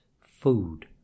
food